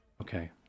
Okay